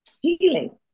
healing